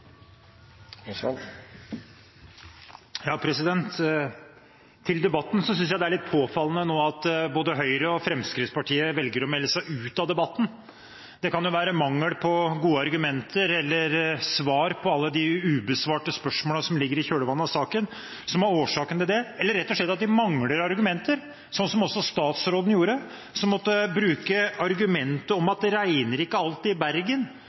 nå velger å melde seg ut av debatten. Det kan være av mangel på gode argumenter eller svar på alle de ubesvarte spørsmålene som ligger i kjølvannet av saken, som er årsaken til det – eller rett og slett at de mangler argumenter, sånn som også statsråden gjorde, som måtte bruke argumentet om at det ikke alltid regner i Bergen,